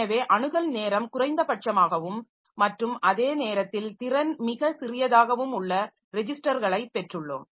எனவே அணுகல் நேரம் குறைந்தபட்சமாகவும் மற்றும் அதே நேரத்தில் திறன் மிகச் சிறியதாகவும் உள்ள ரெஜிஸ்டர்களை பெற்றுள்ளோம்